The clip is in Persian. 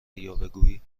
یاوهگویی